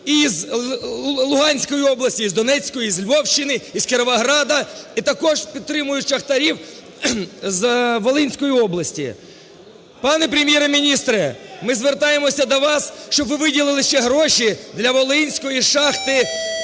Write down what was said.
і з Луганської області, і з Донецької, і з Львівщини, і з Кіровограда, і також підтримують шахтарів з Волинської області. Пане Прем'єре-міністре, ми звертаємося до вас, щоб ви виділили ще гроші для Волинської шахти 10-ї,